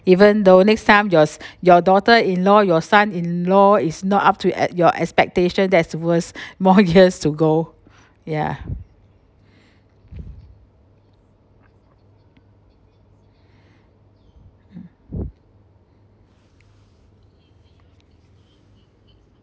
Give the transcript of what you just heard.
even though next time yours your daughter in law your son in law is not up to ex~ your expectation that's worse more years to go ya